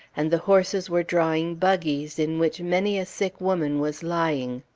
and the horses were drawing buggies in which many a sick woman was lying.